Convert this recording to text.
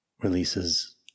releases